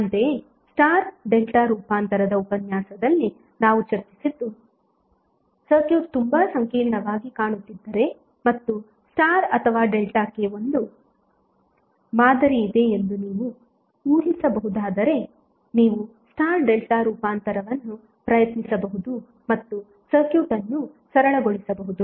ಅಂತೆಯೇ star delta ರೂಪಾಂತರದ ಉಪನ್ಯಾಸದಲ್ಲಿ ನಾವು ಚರ್ಚಿಸಿದ್ದು ಸರ್ಕ್ಯೂಟ್ ತುಂಬಾ ಸಂಕೀರ್ಣವಾಗಿ ಕಾಣುತ್ತಿದ್ದರೆ ಮತ್ತು ಸ್ಟಾರ್ ಅಥವಾ ಡೆಲ್ಟಾಕ್ಕೆ ಒಂದು ಮಾದರಿಯಿದೆ ಎಂದು ನೀವು ಊಹಿಸಬಹುದಾದರೆ ನೀವು ಸ್ಟಾರ್ ಡೆಲ್ಟಾ ರೂಪಾಂತರವನ್ನು ಪ್ರಯತ್ನಿಸಬಹುದು ಮತ್ತು ಸರ್ಕ್ಯೂಟ್ ಅನ್ನು ಸರಳಗೊಳಿಸಬಹುದು